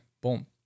Boom